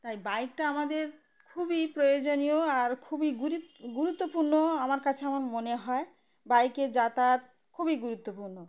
তাই বাইকটা আমাদের খুবই প্রয়োজনীয় আর খুবই গুরুত্ব গুরুত্বপূর্ণ আমার কাছে আমার মনে হয় বাইকের যাতায়াত খুবই গুরুত্বপূর্ণ